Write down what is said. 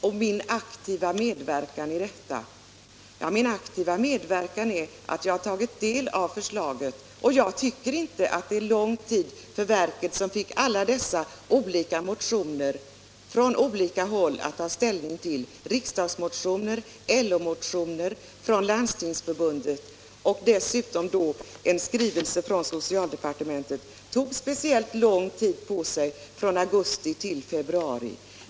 Herr Gustavsson efterlyste min aktiva medverkan i det sammanhanget, och jag har tagit del av förslaget. Jag tycker inte i motsats till herr Gustavsson att verket har tagit särskilt lång tid på sig. I riksförsäkringsverket fick vi in motioner från olika håll — från riksdagen, LO och Landstingsförbundet — och vi tog ställning till dem och till en skrivelse från socialdepartementet. Och jag tycker som sagt inte att verket tog speciellt lång tid på sig: från augusti till februari.